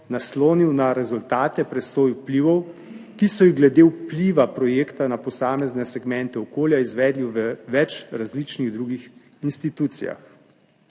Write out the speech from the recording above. naslonil na rezultate presoj vplivov, ki so jih glede vpliva projekta na posamezne segmente okolja izvedli v več različnih drugih institucijah.